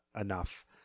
enough